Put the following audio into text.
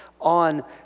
on